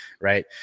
right